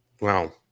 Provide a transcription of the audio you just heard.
Wow